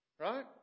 right